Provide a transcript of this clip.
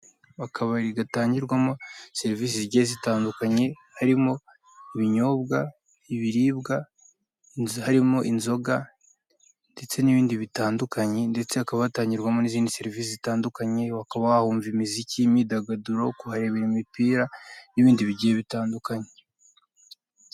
Akabari gatanhirwamo serivise zigiye zitandukanye, harimo ibinyobwa, ibiribwa, harimo inzoga, ndetse n'inindi bitandukanye, ndetse hakaba hatangirwamo n'izindi serivise zitandukanye. Ukaba wahumvira imiziki, imyidagaduro, kuharebera imipira, n'ibindi nigiye bitandukanye.